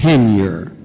Tenure